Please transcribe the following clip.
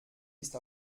ist